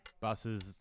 buses